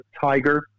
Tiger